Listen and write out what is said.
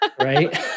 right